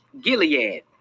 Gilead